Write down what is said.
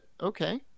okay